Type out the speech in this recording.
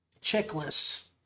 Checklists